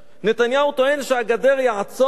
נתניהו טוען שהגדר תעצור.